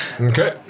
Okay